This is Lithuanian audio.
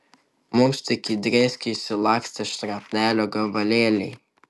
mums tik įdrėskė išsilakstę šrapnelio gabalėliai